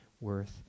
worth